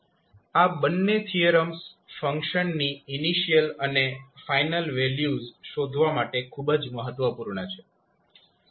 આ બંને થીયરમ્સ ફંક્શનની ઇનિશિયલ અને ફાઇનલ વેલ્યુઝ શોધવા માટે ખૂબ જ મહત્વપૂર્ણ છે